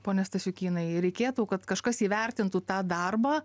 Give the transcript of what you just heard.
pone stasiukynai reikėtų kad kažkas įvertintų tą darbą